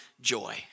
joy